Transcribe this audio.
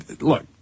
Look